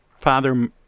Father